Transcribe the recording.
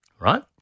right